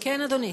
כן, אדוני.